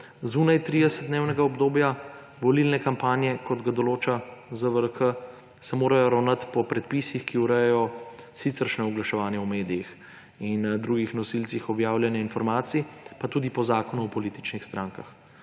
zunaj 30-dnevnega obdobja volilne kampanje, kot ga določa ZVRK, se morajo ravnati po predpisih, ki urejajo siceršnje oglaševanje v medijih in drugih nosilcih objavljanja informacij, pa tudi po Zakonu o političnih strankah.